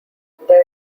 their